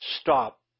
stop